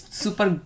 super